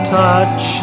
touch